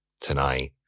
tonight